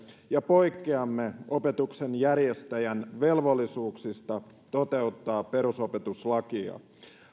ja poikkeamme opetuksen järjestäjän velvollisuuksista toteuttaa perusopetuslakia